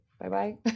Bye-bye